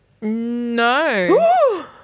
No